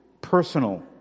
personal